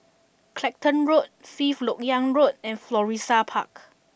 Clacton Road Fifth Lok Yang Road and Florissa Park